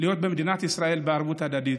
להיות במדינת ישראל בערבות הדדית.